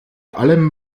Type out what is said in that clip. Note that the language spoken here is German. allem